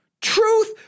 Truth